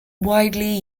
widely